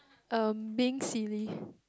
um being silly